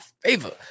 favor